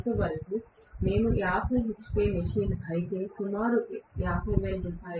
కొంతవరకు నేను 50 hp machine అయితే సుమారు రూ